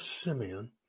Simeon